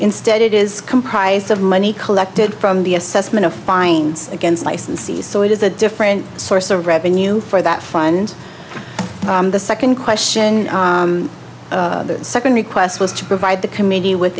instead it is comprised of money collected from the assessment of fines against licensees so it is a different source of revenue for that fines the second question the second request was to provide the committee with